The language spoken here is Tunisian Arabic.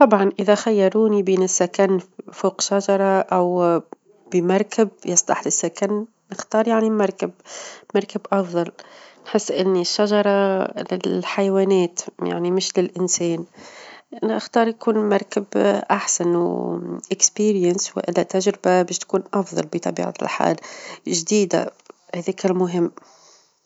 طبعًا إذا خيروني بين السكن فوق شجرة، أو بمركب يصلح للسكن، نختار يعني مركب، مركب أفظل، نحس إن الشجرة للحيوانات يعني مش للإنسان أنا اختار يكون مركب أحسن، و-تجربة- ،ولا تجربة باش تكون أفظل بطبيعة الحال، جديدة هذيك المهم.